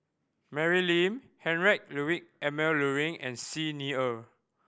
Mary Lim Heinrich Ludwig Emil Luering and Xi Ni Er